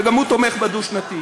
וגם הוא תומך בדו-שנתי.